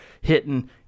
hitting